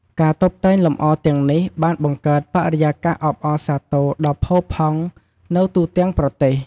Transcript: ការតុបតែងលម្អទាំងនេះបានបង្កើតបរិយាកាសអបអរសាទរដ៏ផូរផង់នៅទូទាំងប្រទេស។